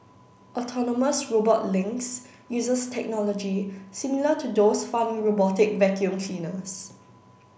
autonomous robot Lynx uses technology similar to those found in robotic vacuum cleaners